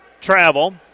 travel